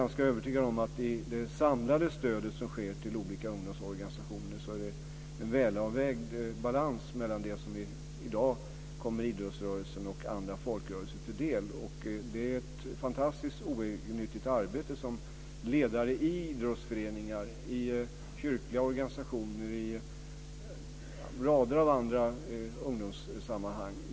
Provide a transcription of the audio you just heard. Jag är övertygad om att det samlade stödet till olika ungdomsorganisationer innebär en välavvägd balans mellan det som kommer idrottsrörelsen och andra folkrörelser till del. Det är ett fantastiskt oegennyttigt arbete som görs av ledare i idrottsföreningar, kyrkliga organisationer och rader av andra ungdomssammanhang.